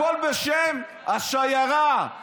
הכול בשם השיירה.